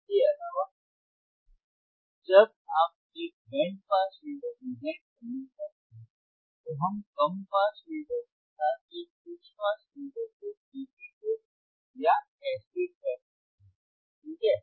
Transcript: इसके अलावा जब आप एक बैंड पास फिल्टर डिजाइन करना चाहते हैं तो हम कम पास फिल्टर के साथ एक उच्च पास फिल्टर को एकीकृत या कैस्केड कर सकते हैं ठीक है